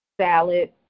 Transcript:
salad